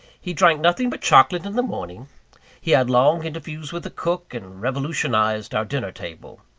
he drank nothing but chocolate in the morning he had long interviews with the cook, and revolutionized our dinner table.